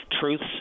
truths